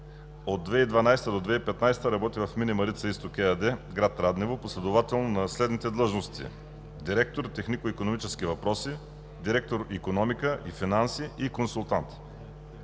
до 2015 г. работи в „Мини Марица-изток“ ЕАД – град Раднево – последователно на следните длъжности: директор „Технико-икономически въпроси“, директор „Икономика и финанси“ и консултант.